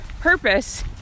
purpose